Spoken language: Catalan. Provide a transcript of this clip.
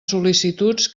sol·licituds